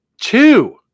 Two